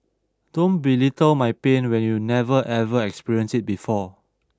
don't belittle my pain when you never ever experienced it before